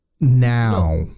now